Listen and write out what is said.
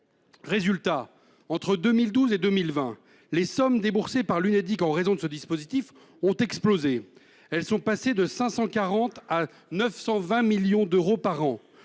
Résultat : entre 2012 et 2020, les sommes déboursées par l’Unédic en raison de ce dispositif ont explosé. Elles sont passées de 540 millions à 920 millions d’euros par an,